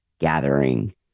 gathering